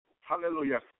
Hallelujah